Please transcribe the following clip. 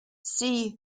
see